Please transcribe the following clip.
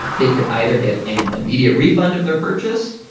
they could either get an immediate refund of their purchase,